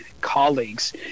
colleagues